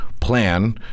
plan